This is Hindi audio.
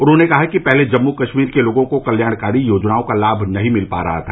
उन्होंने कहा कि पहले जम्मू कश्मीर के लोगों को कल्याणकारी योजनाओं का लाभ नहीं मिल पा रहा था